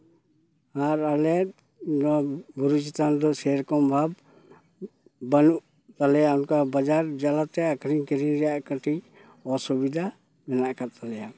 ᱟᱨ ᱟᱞᱮ ᱱᱚᱣᱟ ᱵᱩᱨᱩ ᱪᱮᱛᱟᱱ ᱨᱮᱫᱚ ᱥᱮᱨᱚᱠᱢ ᱚᱵᱷᱟᱵ ᱵᱟᱹᱱᱩᱜ ᱛᱟᱞᱮᱭᱟ ᱚᱱᱠᱟ ᱵᱟᱡᱟᱨ ᱡᱟᱞᱟᱛᱮ ᱟᱹᱠᱷᱨᱤᱧ ᱠᱤᱨᱤᱧ ᱨᱮᱭᱟᱜ ᱠᱟᱹᱴᱤᱡ ᱚᱥᱩᱵᱤᱫᱟ ᱢᱮᱱᱟᱜ ᱠᱟᱜ ᱛᱟᱞᱮᱭᱟ